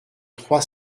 trois